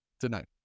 tonight